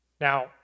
Now